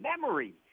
memory